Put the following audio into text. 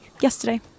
yesterday